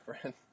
friend